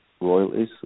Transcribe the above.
royalties